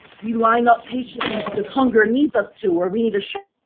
we line up, patiently because hunger needs us to, or we need a shower,